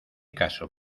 caso